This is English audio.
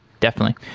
definitely.